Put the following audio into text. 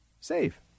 Save